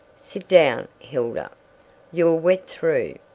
sit down, hilda you're wet through.